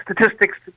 statistics